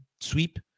sweep